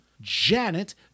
Janet